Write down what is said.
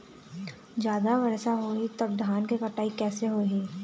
जादा वर्षा होही तब धान के कटाई कैसे होही?